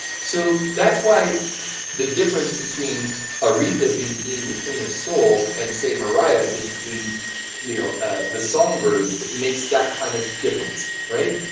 so, that's why the difference between aretha being deemed the queen of soul and say, mariah, being deemed you know ah the songbird, makes that kind of difference, right?